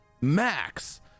Max